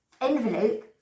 envelope